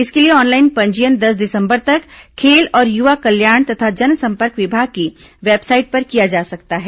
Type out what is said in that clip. इसके लिए ऑनलाइन पंजीयन दस दिसंबर तक खेल और युवा कल्याण तथा जनसंपर्क विभाग की वेबसाइट पर किया जा सकता है